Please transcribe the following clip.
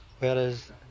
Whereas